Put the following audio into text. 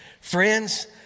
Friends